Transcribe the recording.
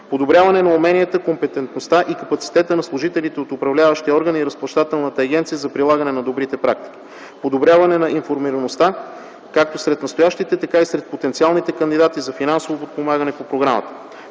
одобряване на уменията, компетентността и капацитета на служителите от управляващия орган и Разплащателната агенция за прилагане на добрите практики; - подобряване на информираността, както сред настоящите, така и сред потенциалните кандидати, за финансово подпомагане по програмата;